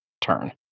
turn